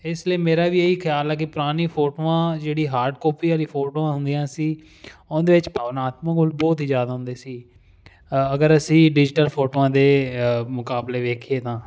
ਇਸ ਲਈ ਮੇਰਾ ਵੀ ਇਹੀ ਖਿਆਲ ਹੈ ਕਿ ਪੁਰਾਣੀ ਫੋਟੋਆਂ ਜਿਹੜੀ ਹਾਰਡ ਕਾਪੀ ਵਾਲੀ ਫੋਟੋਆਂ ਹੁੰਦੀਆਂ ਸੀ ਉਹਦੇ ਵਿੱਚ ਭਾਵਨਾਤਮਕ ਮੁੱਲ ਬਹੁਤ ਹੀ ਜ਼ਿਆਦਾ ਹੁੰਦੇ ਸੀ ਅ ਅਗਰ ਅਸੀਂ ਡਿਜੀਟਲ ਫੋਟੋਆਂ ਦੇ ਮੁਕਾਬਲੇ ਵੇਖੀਏ ਤਾਂ